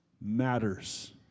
matters